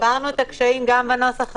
--- הסברנו את הקשיים גם בנוסח הזה.